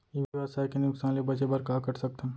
ई व्यवसाय के नुक़सान ले बचे बर का कर सकथन?